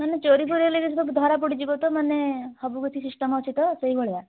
ମାନେ ଚୋରି ଫୋରି ହେଲେ କିଛି ତ ଧରା ପଡ଼ିଯିବ ତ ମାନେ ସବୁ କିଛି ସିଷ୍ଟମ୍ ଅଛି ତ ସେଇଭଳିଆ